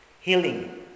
healing